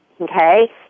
Okay